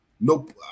Nope